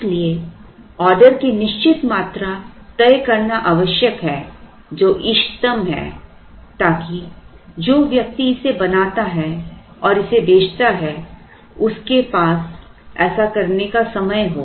इसलिए ऑर्डर की निश्चित मात्रा तय करना आवश्यक है जो इष्टतम है ताकि जो व्यक्ति इसे बनाता है और इसे बेचता है उसके पास ऐसा करने का समय हो